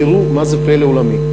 תראו מה זה פלא עולמי,